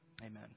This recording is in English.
Amen